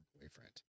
boyfriend